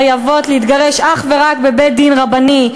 חייבות להתגרש אך ורק בבית-דין רבני,